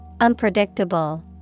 Unpredictable